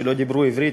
שלא דיברו עברית,